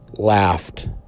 laughed